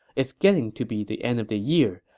it's getting to be the end of the year,